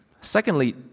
Secondly